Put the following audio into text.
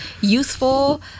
useful